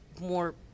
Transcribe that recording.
more